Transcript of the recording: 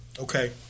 Okay